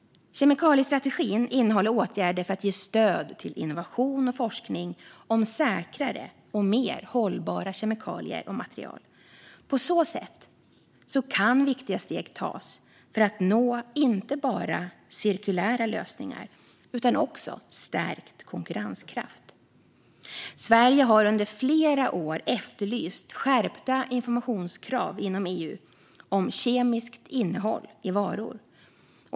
Kemikaliestrategin innehåller åtgärder för att ge stöd till innovation och forskning om säkrare och mer hållbara kemikalier och material. På så sätt kan viktiga steg tas för att nå inte bara cirkulära lösningar utan också stärkt konkurrenskraft. Sverige har under flera år efterlyst skärpta informationskrav inom EU om kemiskt innehåll i varor.